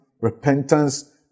repentance